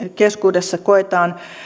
keskuudessa koetaan